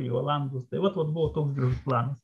į olandus tai vat buvo toks gražus planas